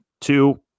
two